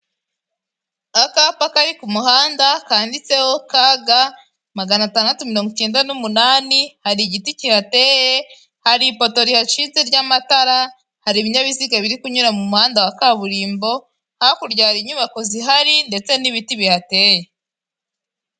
Akapa kari ku muhanda, kanditseho ka ga magana atandatu mirongo icyenda n'umunani. Hari igiti kihateye, hari ipoto rihashinze ry'amatara, hari ibinyabiziga biri kunyura mu muhanda wa kaburimbo. Hakurya hari inyubako zihari ndetse n'ibiti bihateye.